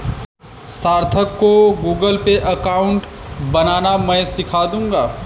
सार्थक को Google Pay account बनाना मैं सीखा दूंगा